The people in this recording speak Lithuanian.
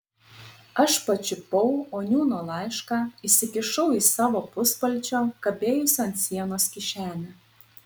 aš pačiupau oniūno laišką įsikišau į savo puspalčio kabėjusio ant sienos kišenę